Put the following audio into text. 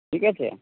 ঠিক আছে